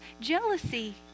jealousy